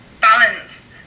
balance